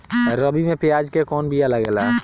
रबी में प्याज के कौन बीया लागेला?